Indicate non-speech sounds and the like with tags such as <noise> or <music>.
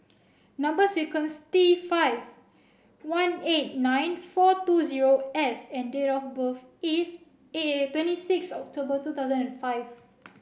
number sequence T five one eight nine four two zero S and date of birth is <unintelligible> twenty six October two thousand and five